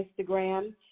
Instagram